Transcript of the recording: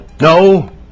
no